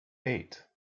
eight